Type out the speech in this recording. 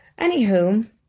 Anywho